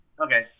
Okay